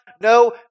No